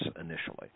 initially